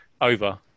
over